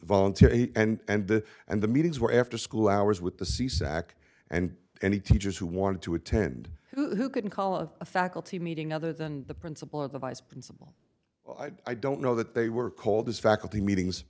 voluntary and the and the meetings were after school hours with the c sack and any teachers who wanted to attend who couldn't call of a faculty meeting other than the principal and the vice principal i don't know that they were called as faculty meetings